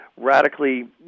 radically